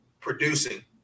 producing